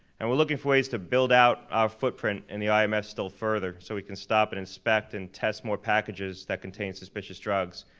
and we're looking for ways to build out our footprint in ims i mean still further so we can stop and inspect and test more packages that contain suspicious drugs.